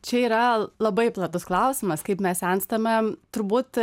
čia yra labai platus klausimas kaip mes senstame turbūt